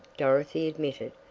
dorothy admitted.